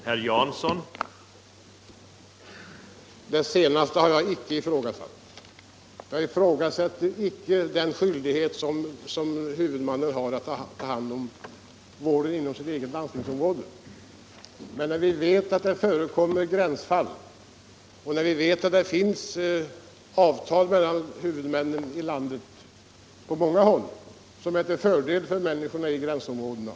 Herr talman! Det där sista har jag inte heller ifrågasatt. Jag ifrågasätter icke huvudmannens skyldighet att svara för vården inom sitt eget landstingsområde. Men vi vet att det på många håll i landet har träffats avtal mellan huvudmännen när det gäller gränsfall och att detta har varit till fördel för människorna i gränsområdena.